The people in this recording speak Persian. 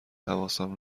حواسم